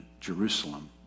Jerusalem